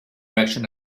direction